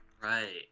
Right